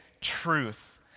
truth